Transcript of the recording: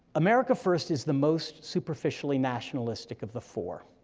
america first is the most superficially nationalistic of the four,